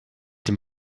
dem